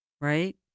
right